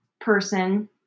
person